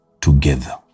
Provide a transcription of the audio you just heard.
together